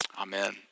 amen